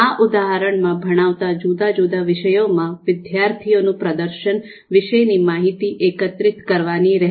આ ઉદાહરણમાં ભણાવાતા જુદા જુદા વિષયોમાં વિદ્યાર્થીઓનું પ્રદર્શન વિશેની માહિતી એકત્રિત કરવાની રહેશે